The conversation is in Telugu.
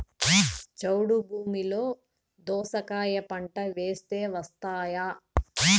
చౌడు భూమిలో దోస కాయ పంట వేస్తే వస్తాయా?